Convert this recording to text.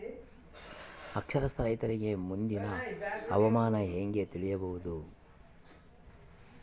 ಅನಕ್ಷರಸ್ಥ ರೈತರಿಗೆ ಮುಂದಿನ ಹವಾಮಾನ ಹೆಂಗೆ ತಿಳಿಯಬಹುದು?